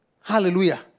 Hallelujah